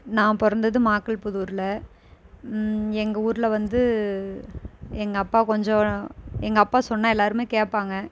நான் பிறந்தது மாகல்புதூரில் எங்கள் ஊரில் வந்து எங்கள் அப்பா கொஞ்சம் எங்கள் அப்பா சொன்னால் எல்லாருமே கேட்பாங்க